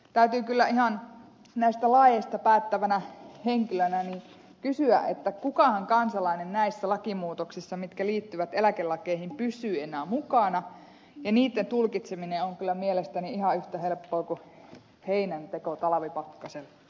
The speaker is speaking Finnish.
täytyy kyllä ihan näistä laeista päättävänä henkilönä kysyä kukahan kansalainen näissä lakimuutoksissa mitkä liittyvät eläkelakeihin pysyy enää mukana ja niitten tulkitseminen on kyllä mielestäni ihan yhtä helppoa kuin heinänteko talvipakkasella